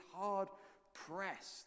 hard-pressed